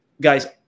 guys